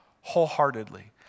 wholeheartedly